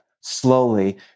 slowly